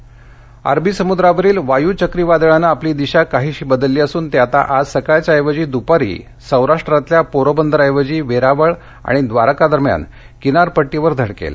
वादळ अरबी समुद्रावरील वायू चक्रीवादळानं आपली दिशा काहीशी बदलली असून ते आता आज सकाळच्या ऐवजी दुपारी सौराष्ट्रातल्या पोरबंदर ऐवजी वेरावळ आणि द्वारका दरम्यान किनारपट्टीवर धडकेल